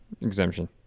exemption